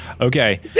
okay